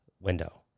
window